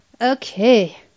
Okay